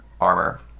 armor